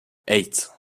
eight